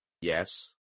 Yes